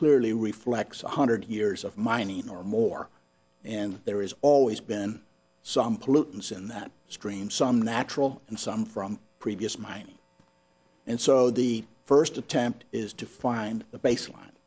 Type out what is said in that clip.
clearly reflects one hundred years of mining or more and there is always been some pollutants in that stream some natural and some from previous mining and so the first attempt is to find a baseline